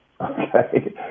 okay